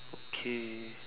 okay